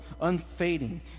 unfading